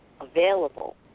available